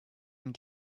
and